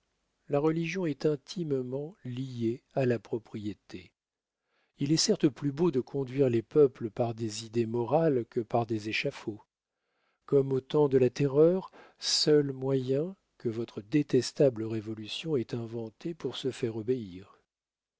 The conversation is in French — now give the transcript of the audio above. la religion est intimement liée à la propriété il est certes plus beau de conduire les peuples par des idées morales que par des échafauds comme au temps de la terreur seul moyen que votre détestable révolution ait inventé pour se faire obéir